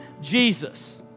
Jesus